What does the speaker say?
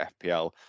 FPL